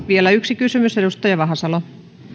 vielä yksi kysymys edustaja vahasalo